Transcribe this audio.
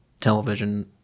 television